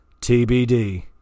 TBD